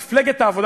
מפלגת העבודה,